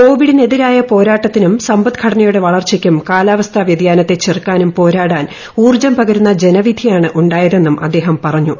കോവിഡിനെതിരായ പോരാട്ടത്തിനും സമ്പദ് ഘടനയുടെ വളർച്ചയ്ക്കും കാലാവസ്ഥാ വൃതിയാനത്തെ ചെറുക്കാനും പോരാടാൻ ഊർജ്ജം പകരുന്ന ജനവിധിയാണ് ഉണ്ടായതെന്നും അദ്ദേഹം പറഞ്ഞു